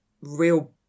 real